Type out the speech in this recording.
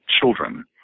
children